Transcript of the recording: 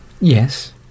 Yes